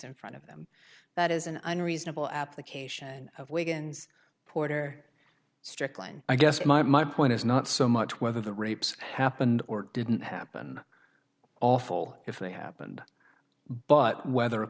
in front of them that is an unreasonable application of wigan's porter strickland i guess my my point is not so much whether the rapes happened or didn't happen awful if they happened but whether a